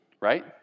right